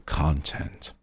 content